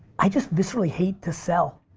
i just viscerally hate to sell.